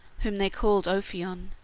whom they called ophion,